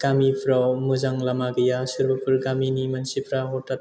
गामिफोराव मोजां लामा गैया सोरबाफोर गामिनि मानसिफोरा हथात